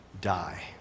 die